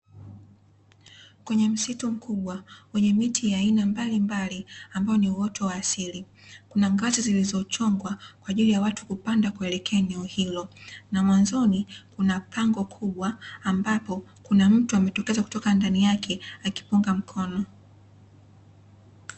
Kwenye msitu mkubwa, wenye miti ya aina mbalimbali ambao ni uoto wa asili, kuna ngazi zilizochongwa kwaajili ya watu kupanda kuelekea eneo hilo. Na mwanzoni kuna pango kubwa ambapo kuna mtu ametokeza kutoka ndani yake akipunga mkono,